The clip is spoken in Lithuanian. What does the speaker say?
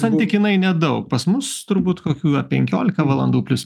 santykinai nedaug pas mus turbūt kokių gal penkiolika valandų plius